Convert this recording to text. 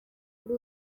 kuri